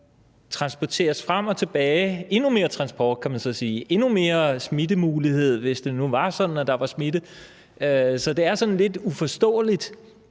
transportere frem og tilbage – altså endnu mere transport, kan man så sige, endnu mere smittemulighed, hvis det nu var sådan, at der var smitte. Så det er sådan lidt uforståeligt